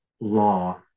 law